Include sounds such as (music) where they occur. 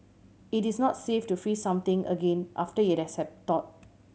it is not safe to freeze something again after it has (unintelligible) thawed